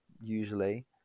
usually